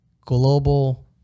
global